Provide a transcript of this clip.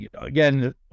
again